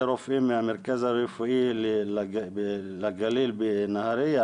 רופאים של המרכז הרפואי לגליל בנהריה